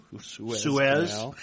Suez